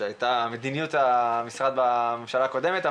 מדיניות המשרד בממשלה הקודמת.